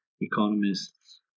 economists